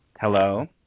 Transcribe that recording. Hello